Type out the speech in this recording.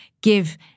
give